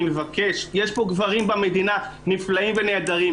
אני מבקש, יש פה גברים במדינה נפלאים ונהדרים.